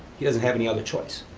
he doesn't have any other choice,